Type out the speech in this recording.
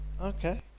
Okay